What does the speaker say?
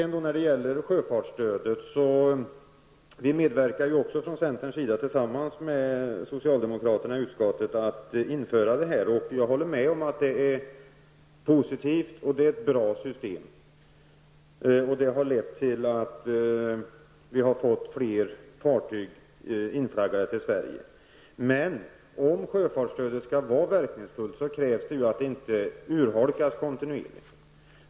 När det gäller sjöfartsstödet medverkar ju centern tillsammans med socialdemokraterna i utskottet till att införa detta. Jag håller med om att det är positivt och att det är ett bra system. Det har lett till att vi har fått fler fartyg inflaggade till Sverige. Men om sjöfartsstödet skall vara verkningsfullt krävs det att det inte urholkas kontinuerligt.